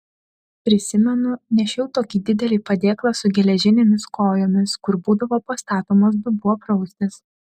prisimenu nešiau tokį didelį padėklą su geležinėmis kojomis kur būdavo pastatomas dubuo praustis